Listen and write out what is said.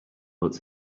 but